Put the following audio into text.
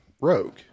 Rogue